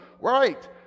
right